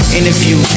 Interview